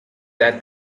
that